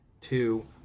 Two